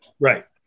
right